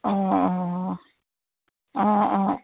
অঁ অঁ অঁ অঁ